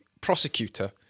prosecutor